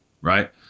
right